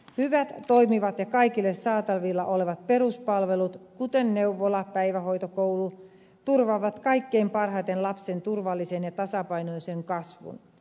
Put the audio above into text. hyvät toimivat ja kaikille saatavilla olevat peruspalvelut kuten neuvola päivähoito koulu turvaavat kaikkein parhaiten lapsen turvallisen ja tasapainoisen kasvun